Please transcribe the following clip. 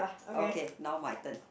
okay now my turn